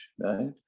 right